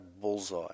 bullseye